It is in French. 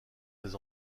ces